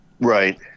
Right